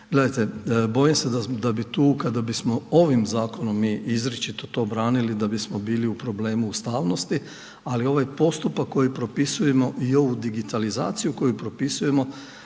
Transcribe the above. Gledajte bojim se da bi tu kada bismo ovim zakonom mi izričito to branili sada bismo bili u problemu ustavnosti ali ovaj postupak koji propisujemo i ovu digitalizaciju koju propisujemo